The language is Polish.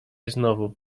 znowu